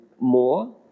more